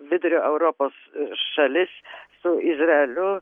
vidurio europos šalis su izraeliu